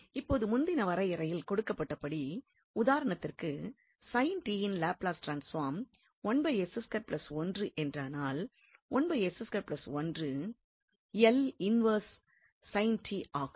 இப்போது முந்தின வரையறையில் கொடுக்கப்பட்டபடி உதாரணத்திற்கு sin t யின் லாப்லஸ் ட்ரான்ஸ்பார்ம் என்றானால் L இன்வெர்ஸ் sin t ஆகும்